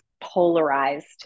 polarized